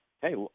hey